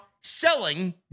selling